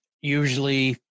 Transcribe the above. usually